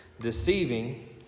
deceiving